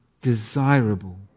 desirable